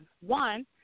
One